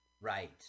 Right